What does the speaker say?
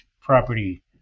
property